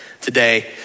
Today